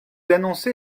annoncez